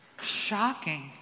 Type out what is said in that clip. shocking